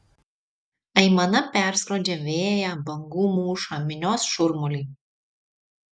aimana perskrodžia vėją bangų mūšą minios šurmulį